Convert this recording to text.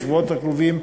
בשבועות הקרובים,